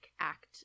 act